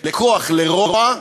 לכוח, לרוע,